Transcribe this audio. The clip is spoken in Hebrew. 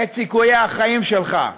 את סיכויי החיים שלך.